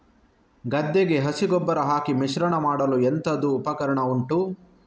ಗದ್ದೆಗೆ ಹಸಿ ಗೊಬ್ಬರ ಹಾಕಿ ಮಿಶ್ರಣ ಮಾಡಲು ಎಂತದು ಉಪಕರಣ ಉಂಟು?